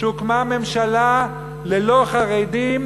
שהוקמה ממשלה ללא חרדים